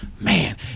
Man